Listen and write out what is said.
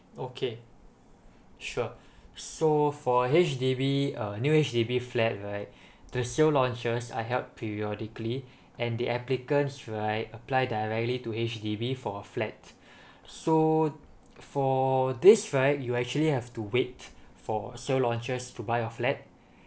okay sure so for H_D_B uh new H_D_B flat right the sale launchers are held periodically and the applicants right apply directly to H_D_B for a flat so for this right you actually have to wait for sale launchers to buy your flat